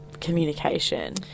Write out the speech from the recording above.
communication